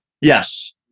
yes